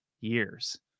years